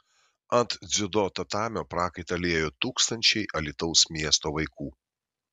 ant dziudo tatamio prakaitą liejo tūkstančiai alytaus miesto vaikų